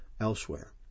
elsewhere